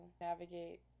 navigate